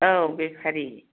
औ बेफारि